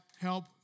help